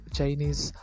Chinese